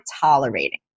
tolerating